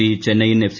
C Chennaiyin F